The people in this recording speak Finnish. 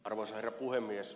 arvoisa herra puhemies